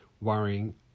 worrying